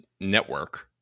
Network